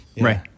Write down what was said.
Right